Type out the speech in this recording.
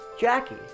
Jackie